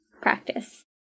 practice